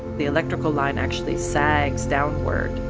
the electrical line actually sags downward.